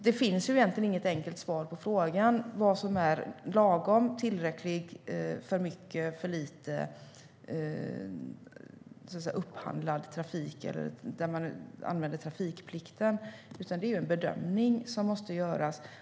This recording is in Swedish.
Det finns egentligen inget enkelt svar på frågan om vad som är lagom, tillräckligt, för mycket eller för lite upphandlad trafik där man använder trafikplikten, utan det är en bedömning som måste göras.